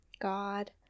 God